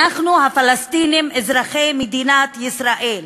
הפלסטינים אזרחי מדינת ישראל,